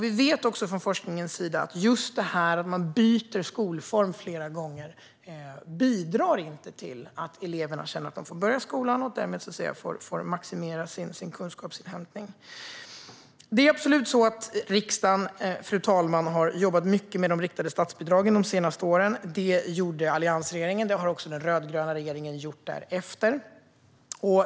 Vi vet också av forskningen att detta att byta skolform flera gånger inte bidrar till att eleverna känner att de får börja skolan och därmed så att säga maximera sin kunskapsinhämtning. Det är absolut så, fru talman, att riksdagen har jobbat mycket med de riktade statsbidragen de senaste åren. Det gjorde alliansregeringen; det har också den rödgröna regeringen gjort därefter.